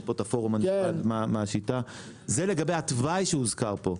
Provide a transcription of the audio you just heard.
פה את הפורום הנכבד מה השיטה זה לגבי התוואי שהוזכר פה.